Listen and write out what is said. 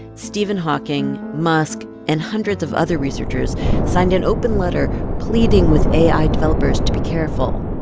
stephen hawking, musk and hundreds of other researchers signed an open letter pleading with ai developers to be careful.